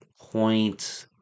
point